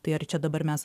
tai ar čia dabar mes